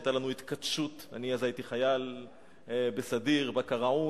היתה לנו התכתשות, אז הייתי חייל בסדיר, בקרעון,